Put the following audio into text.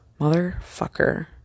motherfucker